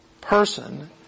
person